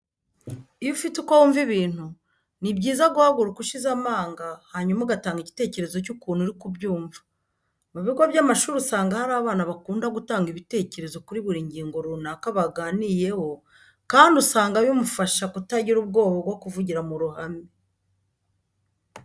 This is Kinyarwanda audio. Iyo ufite uko wumva ibintu, ni byiza guhaguruka ushize amanga hanyuma ugatanga igitekerezo cy'ukuntu uri kubyumva. Mu bigo by'amashuri usanga hari abana bakunda gutanga ibitekerezo kuri buri ngingo runaka baganiyeho kandi usanga bimufasha kutagira ubwoba bwo kuvugira mu ruhame.